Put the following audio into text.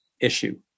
issue